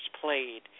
played